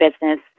business